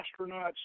astronauts